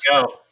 go